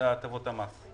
הטבות המס.